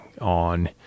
on